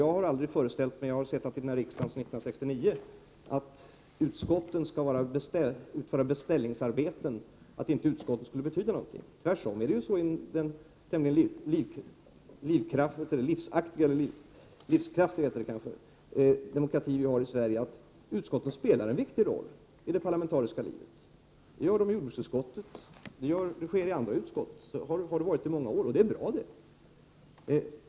Jag har varit med i riksdagen sedan 1969. Men jag kan säga att jag aldrig har varit med om att utskotten bara skulle utföra beställningsarbeten, att de inte skulle betyda någonting. Tvärtom spelar utskotten en viktig roll i det parlamentariska livet i vår livskraftiga demokrati. Det gäller såväl jordbruksutskottet som andra utskott. Så har det varit under många år, och det är bra.